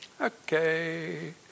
Okay